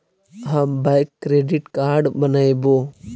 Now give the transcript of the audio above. हम bank credit card बनैवो?